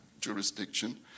jurisdiction